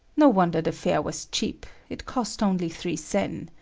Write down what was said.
no wonder the fare was cheap it cost only three sen.